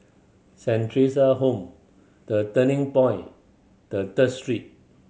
Saint Theresa's Home The Turning Point the Third Street